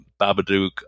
Babadook